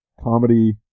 comedy